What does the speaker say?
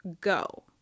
go